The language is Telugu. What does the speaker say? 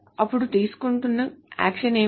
అప్పుడు తీసుకుంటున్న యాక్షన్ ఏమిటి